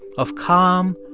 of calm,